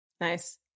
Nice